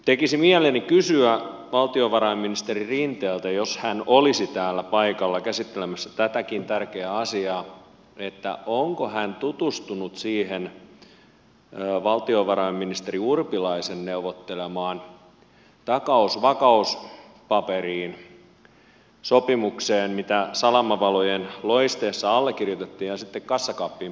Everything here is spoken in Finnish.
tekisi mieleni kysyä valtiovarainministeri rinteeltä jos hän olisi täällä paikalla käsittelemässä tätäkin tärkeää asiaa onko hän tutustunut siihen valtiovarainministeri urpilaisen neuvottelemaan takaus vakauspaperiin sopimukseen mitä salamavalojen loisteessa allekirjoitettiin ja sitten kassakaappiin piilotettiin